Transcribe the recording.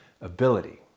ability